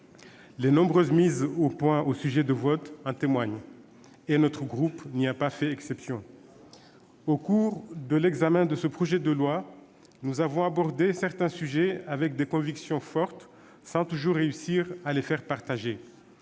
Les nombreuses mises au point au sujet de votes en témoignent. De ce point de vue, notre groupe n'a pas fait exception. Au cours de l'examen du projet de loi, nous avons abordé certains sujets avec des convictions fortes, sans toujours réussir à les faire partager.